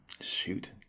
shoot